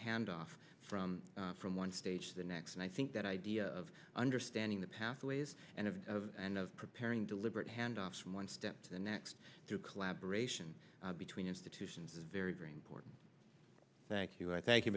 handoff from from one stage the next and i think that idea of understanding the pathways and preparing deliberate handoff from one step to the next to collaboration between institutions is very very important thank you i thank